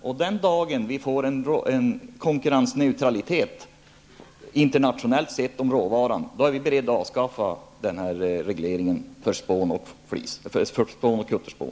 Den dag vi internationellt sett får en konkurrensneutralitet vad gäller den här råvaran är vi beredda att avskaffa regleringen för spån och kutterspån.